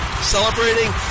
Celebrating